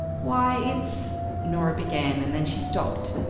why, it's norah began, and then she stopped.